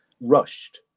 rushed